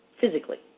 physically